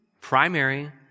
primary